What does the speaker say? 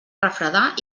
refredar